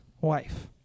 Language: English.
wife